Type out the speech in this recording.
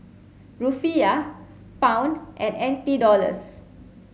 Rufiyaa Pound and N T Dollars